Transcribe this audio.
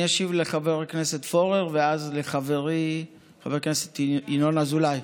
אני אשיב לחבר הכנסת פורר ואז לחברי חבר הכנסת ינון אזולאי.